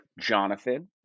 Jonathan